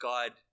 God